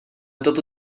toto